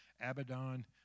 Abaddon